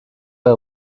wer